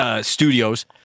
studios